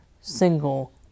single